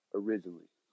originally